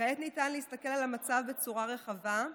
כעת ניתן להסתכל על המצב בצורה רחבה,